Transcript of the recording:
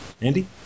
Andy